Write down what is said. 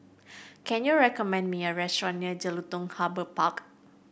can you recommend me a restaurant near Jelutung Harbour Park